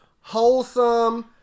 Wholesome